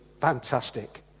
fantastic